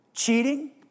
cheating